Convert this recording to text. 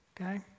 okay